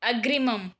अग्रिमम्